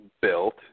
built